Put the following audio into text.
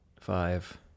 Five